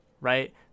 Right